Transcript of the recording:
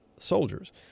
Soldiers